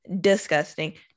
Disgusting